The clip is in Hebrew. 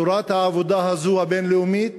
צורת העבודה הזו, הבין-לאומית,